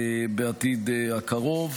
בעתיד הקרוב.